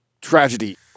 tragedy